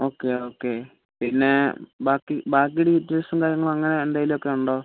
okay okay പിന്നെ ബാക്കി ബാക്കി ഡീറ്റെയിൽസും കാര്യങ്ങളും അങ്ങനെ എന്തെങ്കിലുമൊക്കെ ഉണ്ടോ